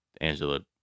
Angela